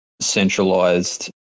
centralized